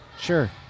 Sure